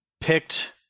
picked